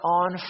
on